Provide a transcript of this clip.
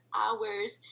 hours